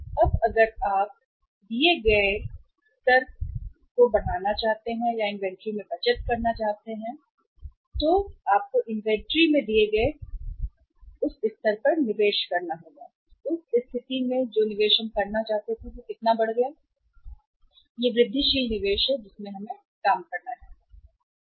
अब अगर अगर आप बढ़ाना चाहते हैं तो आप दिए गए स्तर पर इन्वेंट्री में बचत या निवेश कर रहे हैं इन्वेंट्री में दिए गए स्तर से निवेश उस स्थिति में कितना बढ़ गया हम जो निवेश करना चाहते हैं वह वृद्धिशील निवेश है जिसे हमें काम करना है